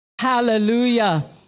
Hallelujah